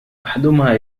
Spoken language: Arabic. أحدهما